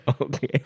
Okay